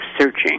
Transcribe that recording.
Searching